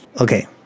Okay